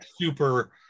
super